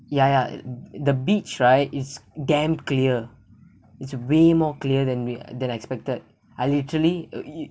ya ya the the beach right is damn clear it's way more clear than we than I expected I literary uh you